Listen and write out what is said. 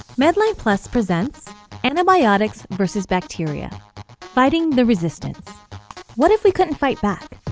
medlineplus presents antibiotics versus bacteria fighting the resistance what if we couldn't fight back?